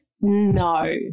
no